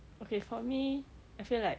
okay for me I feel like